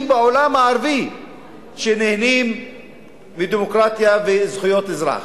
בעולם שנהנים מדמוקרטיה וזכויות אזרח.